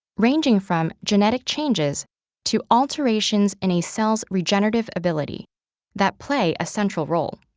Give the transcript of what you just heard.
ranging from genetic changes to alterations in a cell's regenerative ability that play a central role.